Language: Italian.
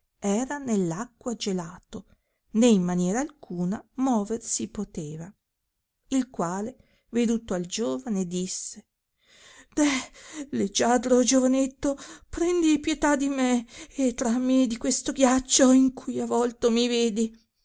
era nell acqua gelato né in maniera alcuna mover si poteva il quale veduto il giovane disse deh leggiadro giovanetto prendi pietà di me e trammi di questo ghiaccio in cui avolto mi vedi